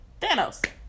Thanos